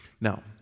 Now